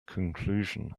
conclusion